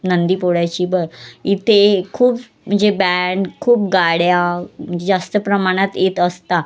नंदी पोळ्याची ब इथे खूप म्हणजे बँड खूप गाड्या म्हणजे जास्त प्रमाणात येत असतात